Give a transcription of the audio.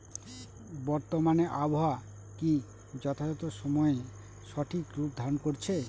বর্তমানে আবহাওয়া কি যথাযথ সময়ে সঠিক রূপ ধারণ করছে?